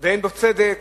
ואין בהם צדק.